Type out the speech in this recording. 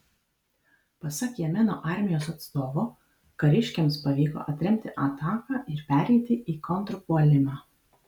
pasak jemeno armijos atstovo kariškiams pavyko atremti ataką ir pereiti į kontrpuolimą